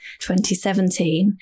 2017